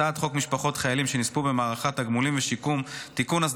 הצעת חוק משפחות חיילים שנספו במערכה (תגמולים ושיקום) (תיקון,